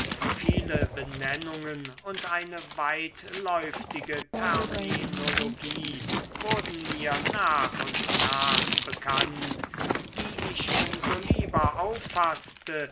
viele benennungen und eine weitläuftige terminologie wurden mir nach und nach bekannt die ich um so lieber auffaßte